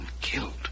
killed